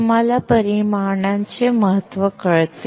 तुम्हाला परिमाणांचे महत्त्व कळते